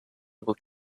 able